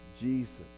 Jesus